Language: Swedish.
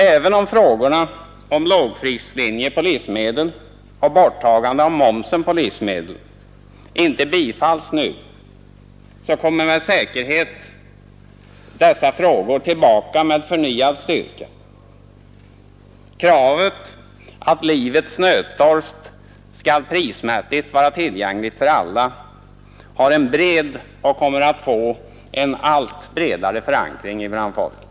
Även om frågorna om lågprislinje på livsmedel och borttagande av momsen på livsmedlen inte bifalls nu, så kommer de med säkerhet tillbaka med förnyad styrka. Kravet att livets nödtorft prismässigt skall vara tillgängligt för alla har en bred och kommer att få en allt bredare förankring hos folket.